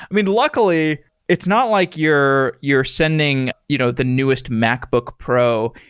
i mean, luckily it's not like you're you're sending you know the newest macbook pro.